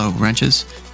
wrenches